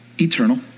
Eternal